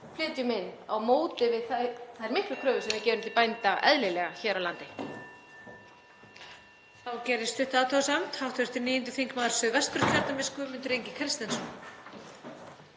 flytjum inn miðað við þær miklu kröfur sem við gerum til bænda, eðlilega, hér á landi.